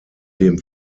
dem